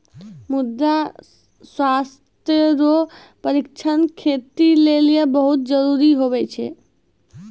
मृदा स्वास्थ्य रो परीक्षण खेती लेली बहुत जरूरी हुवै छै